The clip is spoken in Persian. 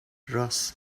راس